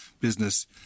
business